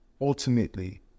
ultimately